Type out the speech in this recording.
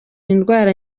indwara